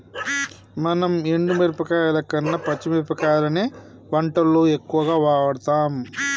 మనం ఎండు మిరపకాయల కన్న పచ్చి మిరపకాయలనే వంటల్లో ఎక్కువుగా వాడుతాం